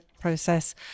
process